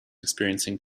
experiencing